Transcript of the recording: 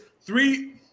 three